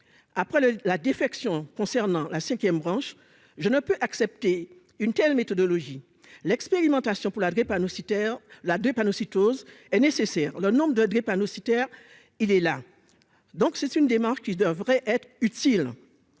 après le la défection concernant la 5ème branche je ne peux accepter une telle méthodologie l'expérimentation pour la drépanocytaire là de panneaux Cytos est nécessaire, le nombre de drépanocytaire il est là, donc c'est une démarche qui devrait être utile